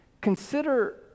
Consider